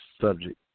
subject